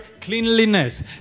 cleanliness